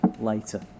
later